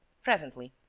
presently.